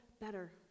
better